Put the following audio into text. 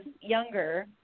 younger